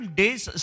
days